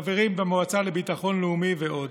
חברים במועצה לביטחון לאומי ועוד.